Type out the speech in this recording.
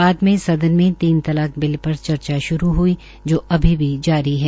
बाद में सदन में तीन तलाक पर चर्चाश्रू हई जो अभी भी जारी है